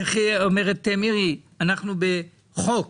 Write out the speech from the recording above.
מירי אומרת שאנחנו בחוק.